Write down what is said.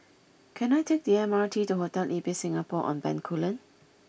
can I take the M R T to Hotel Ibis Singapore On Bencoolen